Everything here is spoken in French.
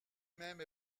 même